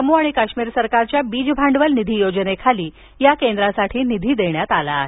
जम्मू आणि काश्मीर सरकारच्या बीज भांडवल निधी योजनेखाली या केंद्रासाठी निधी देण्यात आला आहे